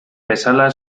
bezala